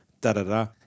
da-da-da